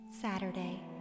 Saturday